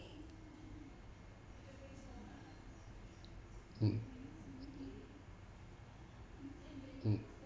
mm mm